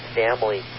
family